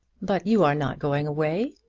but you are not going away.